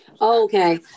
Okay